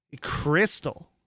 crystal